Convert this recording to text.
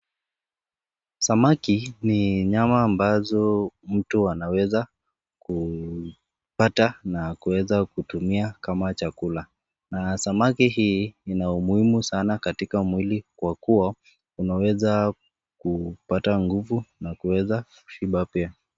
Samaki ni nyama ambazo mtu anaweza kupata na kuweza kutumia kama chakula, na samaki hii ina umuhimu sana katika mwili kwa kuwa unaweza kupata nguvu na kuweza kushiba pia.